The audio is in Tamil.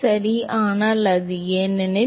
சரி ஆனால் அது ஏனெனில்